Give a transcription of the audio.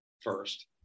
first